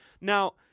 Now